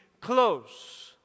close